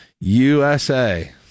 USA